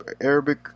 arabic